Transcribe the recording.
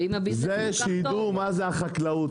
זה שידעו מה זו החקלאות.